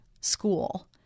school